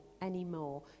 anymore